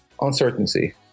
Uncertainty